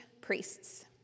priests